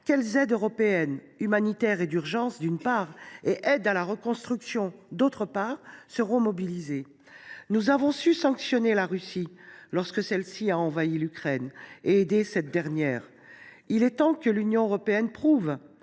quelles aides européennes, humanitaires et d’urgence, d’une part, et quelles aides à la reconstruction, d’autre part, seront mobilisées ? Nous avons su sanctionner la Russie, lorsque celle ci a envahi l’Ukraine, et aider cette dernière : il est temps que l’Union européenne prouve